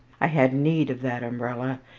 i had need of that umbrella,